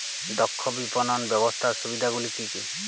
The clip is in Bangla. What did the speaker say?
দক্ষ বিপণন ব্যবস্থার সুবিধাগুলি কি কি?